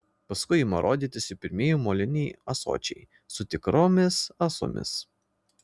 paskui ima rodytis ir pirmieji moliniai ąsočiai su tikromis ąsomis